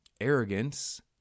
arrogance